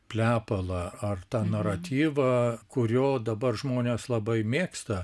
plepalą ar tą naratyvą kurio dabar žmonės labai mėgsta